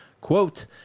Quote